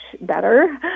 better